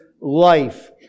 life